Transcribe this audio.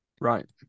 Right